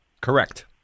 Correct